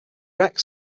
wreck